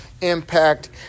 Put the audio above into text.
impact